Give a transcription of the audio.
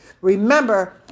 Remember